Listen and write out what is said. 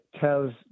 tells